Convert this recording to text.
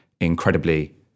incredibly